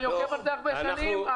אני עוקב אחריכם הרבה שנים,